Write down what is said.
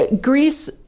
greece